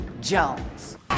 Jones